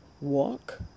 walk